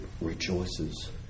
Rejoices